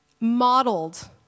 modeled